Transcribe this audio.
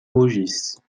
maugis